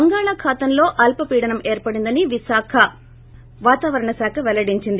బంగాళాఖాతంలో అల్పపీడనం ఏర్పడిందని వాతావరణం కేంద్రం పెల్లడించింది